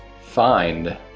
find